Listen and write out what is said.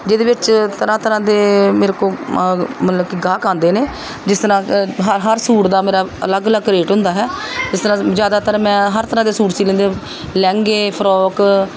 ਜਿਹਦੇ ਵਿੱਚ ਤਰ੍ਹਾਂ ਤਰ੍ਹਾਂ ਦੇ ਮੇਰੇ ਕੋਲ ਮ ਮਤਲਬ ਕਿ ਗਾਹਕ ਆਉਂਦੇ ਨੇ ਜਿਸ ਤਰ੍ਹਾਂ ਹਰ ਹਰ ਸੂਟ ਦਾ ਮੇਰਾ ਅਲੱਗ ਅਲੱਗ ਰੇਟ ਹੁੰਦਾ ਹੈ ਇਸ ਤਰ੍ਹਾਂ ਜ਼ਿਆਦਾਤਰ ਮੈਂ ਹਰ ਤਰ੍ਹਾਂ ਦੇ ਸੂਟ ਸੀ ਲੈਂਦੀ ਲਹਿੰਗੇ ਫ੍ਰੋਕ